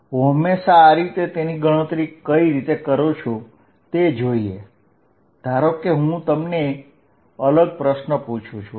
હું હંમેશા આ રીતે તેની ગણતરી કઈ રીતે કરું છું તે જોઈએ હવે હું તમને અલગ પ્રશ્ન પૂછું છું